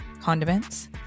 condiments